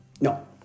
No